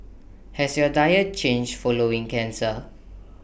has your diet changed following cancer